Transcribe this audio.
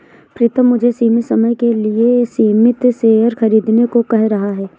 प्रितम मुझे सीमित समय के लिए सीमित शेयर खरीदने को कह रहा हैं